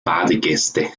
badegäste